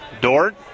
Dort